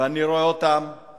ואני רואה אותם,